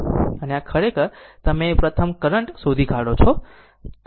અને આ ખરેખર તમે પ્રથમ કરંટ શોધી કાઢો છો